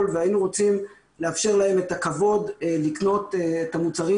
והיינו רוצים לאפשר להם את הכבוד לקנות את המוצרים